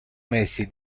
mesi